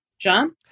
John